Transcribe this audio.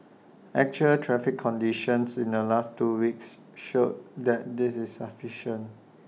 actual traffic conditions in the last two weeks showed that this is sufficient